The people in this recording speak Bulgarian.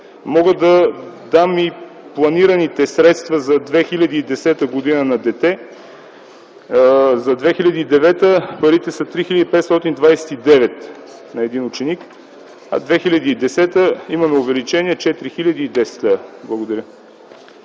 Мога да дам и планираните средства за 2010 г. на дете. За 2009 г. парите са 3529 лв. на един ученик, а 2010 г. имаме увеличение – 4010 лв. Благодаря.